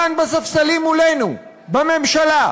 כאן בספסלים מולנו, בממשלה.